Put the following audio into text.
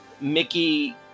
Mickey